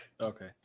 Okay